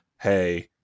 hey